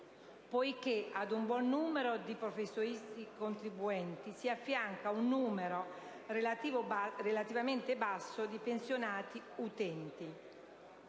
poiché ad un buon numero di professionisti contribuenti si affianca un numero relativamente basso di pensionati utenti.